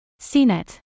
CNET